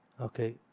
okay